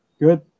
Good